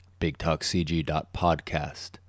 BigTalkCG.podcast